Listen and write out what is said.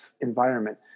environment